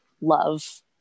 love